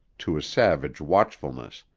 to a savage watchfulness,